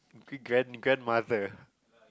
g~ grand grandmother